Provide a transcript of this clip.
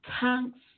Thanks